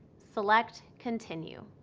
select continue.